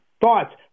thoughts